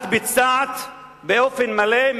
את ביצעת באופן מלא,